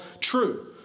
true